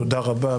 תודה רבה.